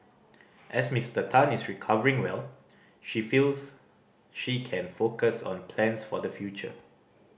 as Mister Tan is recovering well she feels she can focus on plans for the future